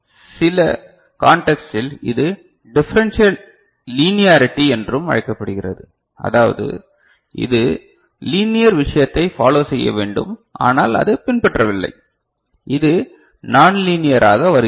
சில கான்டெக்ஸ்டில் இது டிஃபரண்ஷியல் லீனியரிட்டி என்றும் அழைக்கப்படுகிறது அதாவது இது லீனியர் விஷயத்தைப் பாலோ செய்ய வேண்டும் ஆனால் அது பின்பற்றவில்லை இது நான்லீனியராக வருகிறது